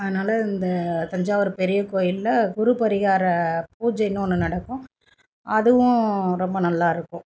அதனாலே இந்த தஞ்சாவூர் பெரிய கோயிலில் குரு பரிகார பூஜைன்னு ஒன்று நடக்கும் அதுவும் ரொம்ப நல்லாயிருக்கும்